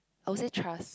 oh say trust